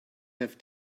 have